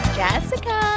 jessica